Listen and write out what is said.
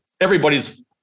everybody's